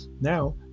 Now